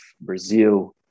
Brazil